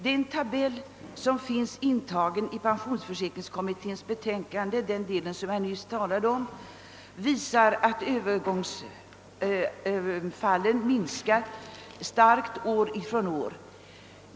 Den tabell som finns intagen i det pensionsförsäkringskommitténs betänkande som jag nyss talade om visar att övergångsfallen minskar starkt år från år.